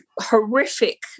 horrific